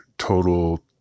Total